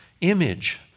image